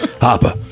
Hopper